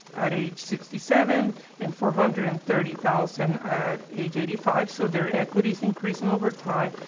at age sixty seven and four hundred and thirty thousand at age eighty five. so, their equity is increasing over time,